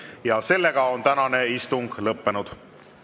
Seega on tänane istung lõppenud.